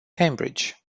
cambridge